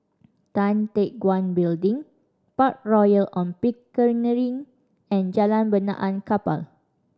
Tan Teck Guan Building Park Royal On Pickering and Jalan Benaan Kapal